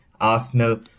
Arsenal